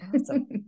awesome